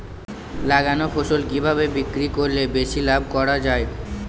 লাগানো ফসল কিভাবে বিক্রি করলে বেশি লাভ করা যায়?